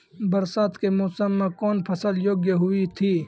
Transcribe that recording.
बरसात के मौसम मे कौन फसल योग्य हुई थी?